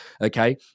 Okay